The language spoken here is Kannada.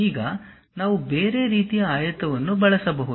ಈಗ ನಾವು ಬೇರೆ ರೀತಿಯ ಆಯತವನ್ನು ಬಳಸಬಹುದು